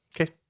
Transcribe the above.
Okay